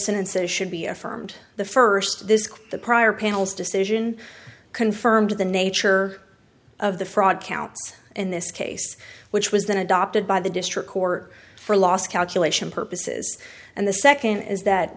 sentences should be affirmed the first this the prior panel's decision confirmed the nature of the fraud counts in this case which was then adopted by the district court for last calculation purposes and the second is that